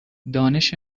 دانش